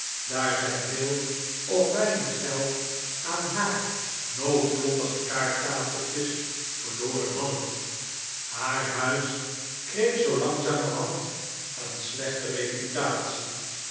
daar zij veel of weinig geld aan haar noodlottige kaarttafeltjes verloren hadden haar huis kreeg zoo langzamerhand een slechte reputatie